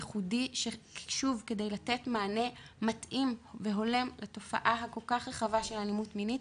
ייחודי כדי לתת מענה מתאים והולם לתופעה הכול כך רחבה של אלימות מינית.